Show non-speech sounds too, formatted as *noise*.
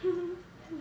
*laughs*